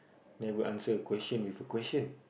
never a answer a question with a question